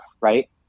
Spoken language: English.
Right